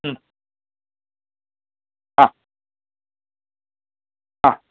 हा हा